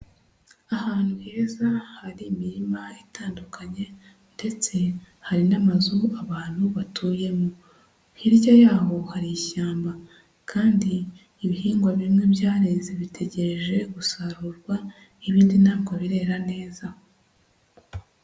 Ahantu heza hari imirima itandukanye ndetse hari n'amazu abantu batuyemo, hirya yaho hari ishyamba, kandi ibihingwa bimwe byareze bitegereje gusarurwa, ibindi ntabwo birera neza.